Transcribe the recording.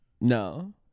No